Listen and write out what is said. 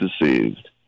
deceived